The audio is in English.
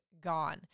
gone